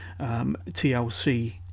TLC